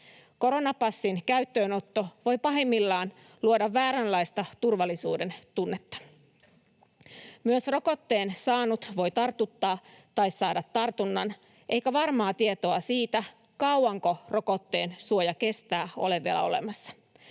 Koronapassin käyttöönotto voi pahimmillaan luoda vääränlaista turvallisuudentunnetta. Myös rokotteen saanut voi tartuttaa tai saada tartunnan, eikä varmaa tietoa siitä, kauanko rokotteen suoja kestää, ole vielä olemassa.